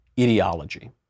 ideology